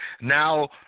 now